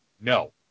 No